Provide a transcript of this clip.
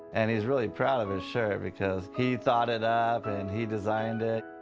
and he's really proud of his shirt because he thought it up and he designed it.